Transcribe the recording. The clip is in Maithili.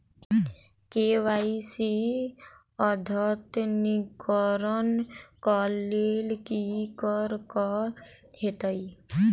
के.वाई.सी अद्यतनीकरण कऽ लेल की करऽ कऽ हेतइ?